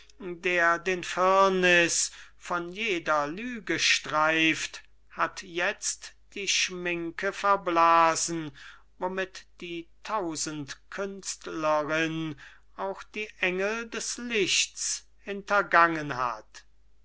der den firniß von jeder lüge streift hat jetzt die schminke verblasen womit die tausendkünstlerin auch die engel des lichts hintergangen hat es